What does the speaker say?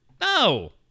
No